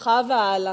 ממך והלאה?